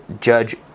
judge